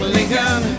Lincoln